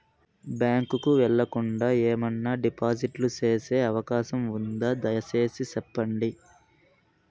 Bank కు వెళ్లకుండా, ఏమన్నా డిపాజిట్లు సేసే అవకాశం ఉందా, దయసేసి సెప్పండి?